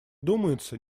думается